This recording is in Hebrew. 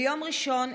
ביום ראשון,